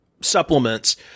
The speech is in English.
supplements